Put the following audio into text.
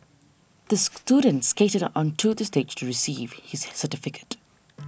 the student skated onto the stage receive his certificate